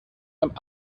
einem